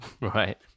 right